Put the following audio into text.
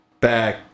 back